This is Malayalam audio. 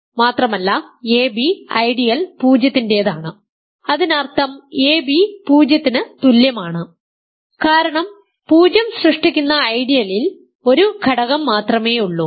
മാത്രമല്ല ab ഐഡിയൽ 0 ന്റേതാണ് അതിനർത്ഥം ab 0 യ്ക്ക് തുല്യമാണ് കാരണം 0 സൃഷ്ടിക്കുന്ന ഐഡിയലിൽ ഒരു ഘടകം മാത്രമേ ഉള്ളൂ